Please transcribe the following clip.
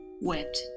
wept